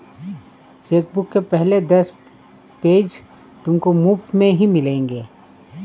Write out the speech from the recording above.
chequebook के पहले दस पेज तुमको मुफ़्त में ही मिलेंगे